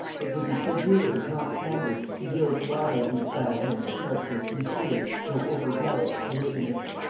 it would be credulity, not candor, to yield to either of these bad men the character of sincere, though over zealous, religionists.